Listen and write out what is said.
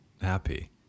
happy